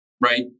right